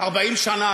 נגיד 40 שנה,